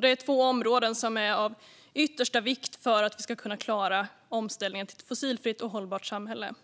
Det är två områden som är av yttersta vikt för att vi ska kunna klara omställningen till ett fossilfritt och hållbart samhälle.